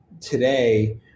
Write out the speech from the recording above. today